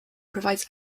provides